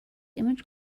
image